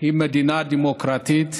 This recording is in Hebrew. היא מדינה דמוקרטית.